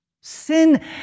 Sin